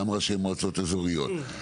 גם ראשי מועצות אזוריות,